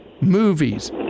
movies